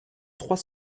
trois